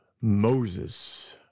Moses